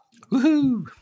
Woohoo